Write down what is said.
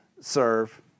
serve